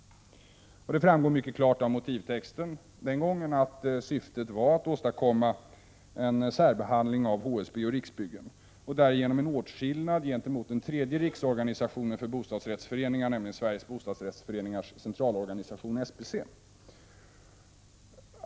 Det framgår mycket klart av motivtexten att syftet den gången var att åstadkomma en särbehandling av HSB och Riksbyggen och därigenom en åtskillnad gentemot den tredje riksorganisationen för bostadsrättsföreningar, nämligen Sveriges bostadsrättsföreningars centralorganisation, SBC.